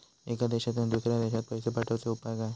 एका देशातून दुसऱ्या देशात पैसे पाठवचे उपाय काय?